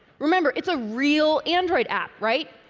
remember, it's a real android app right?